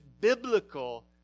biblical